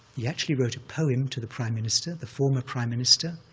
he actually wrote a poem to the prime minister, the former prime minister,